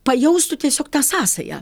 pajaustų tiesiog tą sąsają